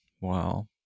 Wow